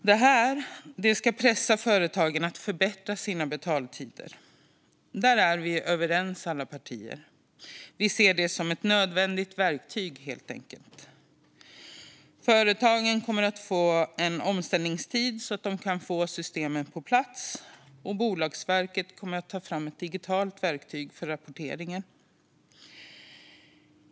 Det här ska pressa företagen att förbättra sina betalningstider. Där är alla partier överens; vi ser helt enkelt detta som ett nödvändigt verktyg. Företagen kommer att få en omställningstid så att de kan få systemen på plats, och Bolagsverket kommer att ta fram ett digitalt verktyg för rapporteringen.